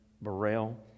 Burrell